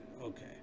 Okay